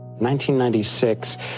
1996